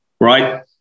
right